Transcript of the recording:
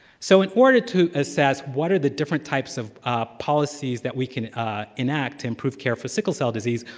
so in order to assess what are the different types of policies that we can enact to improve care for sickle cell disease,